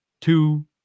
two